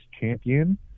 champion